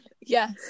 Yes